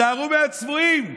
היזהרו מהצבועים.